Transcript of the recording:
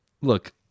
Look